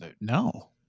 No